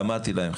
אמרתי להם,